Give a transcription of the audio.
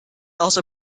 also